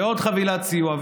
עוד חבילת סיוע,